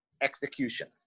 execution